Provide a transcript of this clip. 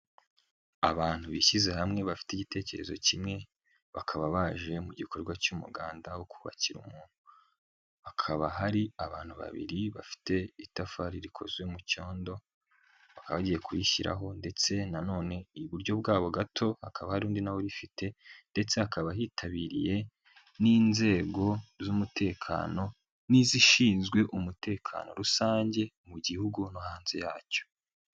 Abantu bishyize hamwe bafite igitekerezo kimwe. Bakaba baje mu gikorwa cy'umuganda wo kubakira umuntu. Hakaba hari abantu babiri bafite itafari rikozwe mu cyondo. Bakaba bagiye kuyishyiraho ndetse na none iburyo bwabo gato hakaba hari undi nawe uyifite ndetse hakaba hitabiriwe n'inzego z'umutekano n'izishinzwe umutekano rusange mu gihugu no hanze yacyo.